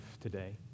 today